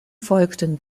folgten